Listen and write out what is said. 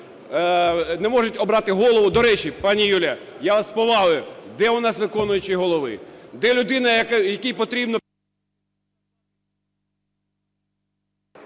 не можуть обрати голову. До речі, пані Юлія, я з повагою, де у нас виконуючий голови? Де людина, якій потрібно…